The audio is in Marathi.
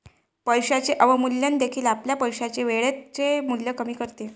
पैशाचे अवमूल्यन देखील आपल्या पैशाचे वेळेचे मूल्य कमी करते